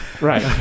Right